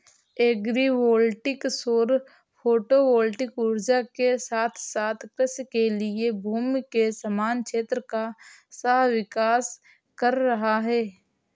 agri voltaic सौर photovoltaic ऊर्जा के साथ साथ कृषि के लिए भूमि के समान क्षेत्र का सह विकास कर रहा है